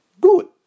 good